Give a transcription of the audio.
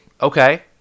okay